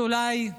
שאולי,